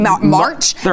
March